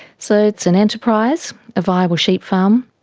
so it's an enterprise, a viable sheep farm,